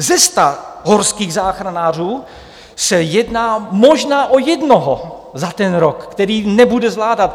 Ze sta horských záchranářů se jedná možná o jednoho za ten rok, který nebude zvládat.